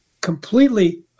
completely